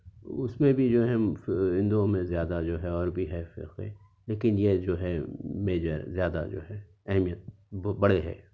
اس میں بھی جو ہیں ہندؤوں میں زیادہ جو ہے اور بھی ہے فرقے لیکن یہ جو ہے میجر زیادہ جو ہے اہمیت بڑے ہے